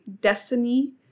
destiny